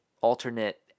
alternate